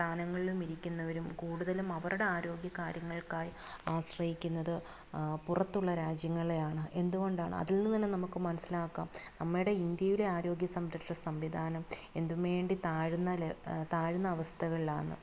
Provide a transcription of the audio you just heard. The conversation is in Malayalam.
സ്ഥാനങ്ങളിലുമിരിക്കുന്നവരും കൂടുതലും അവരുടെ ആരോഗ്യ കാര്യങ്ങള്ക്കായി ആശ്രയിക്കുന്നത് പുറത്തുള്ള രാജ്യങ്ങളെയാണ് എന്തുകൊണ്ടാണ് അതിൽ നിന്ന് തന്നെ നമുക്ക് മനസ്സിലാക്കാം നമ്മുടെ ഇന്ത്യയിലെ ആരോഗ്യ സംരക്ഷണ സംവിധാനം എന്തും വേണ്ടി താഴ്ന്ന ലെ താഴ്ന്ന അവസ്ഥകളിലാണെന്ന്